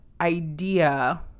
idea